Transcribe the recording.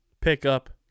Pickup